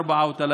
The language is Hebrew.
34,